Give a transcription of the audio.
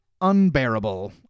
unbearable